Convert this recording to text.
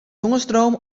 jongensdroom